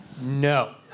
no